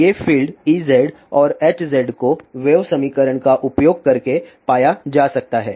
ये field Ez और Hz को वेव समीकरण का उपयोग करके पाया जा सकता है